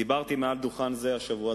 דיברתי מעל דוכן זה השבוע,